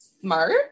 Smart